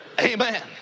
Amen